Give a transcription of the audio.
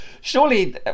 Surely